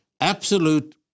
absolute